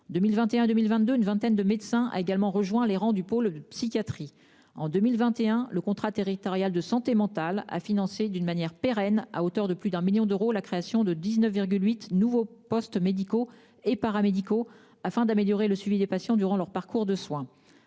2021 et 2022, une vingtaine de médecins ont également rejoint les rangs du pôle de psychiatrie. En 2021, le contrat territorial de santé mentale a financé, de manière pérenne, à hauteur de plus de 1 million d'euros, la création de 19,8 nouveaux postes médicaux et paramédicaux afin d'améliorer le suivi des patients durant leur parcours de soins.